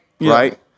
right